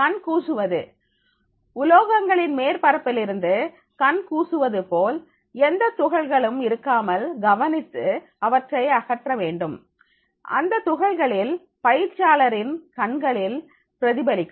கண் கூசுவது உலோகங்களின் மேற்பரப்பிலிருந்து கண் கூசுவது போல் எந்த துகள்களும் இருக்காமல் கவனித்து அவற்றை அகற்ற வேண்டும் அந்த துகள்கள் பயிற்சியாளர்களின் கண்களில் பிரதிபலிக்கும்